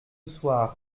soir